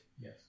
Yes